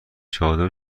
چادر